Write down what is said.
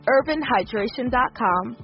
Urbanhydration.com